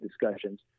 discussions